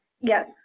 yes